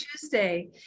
Tuesday